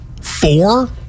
Four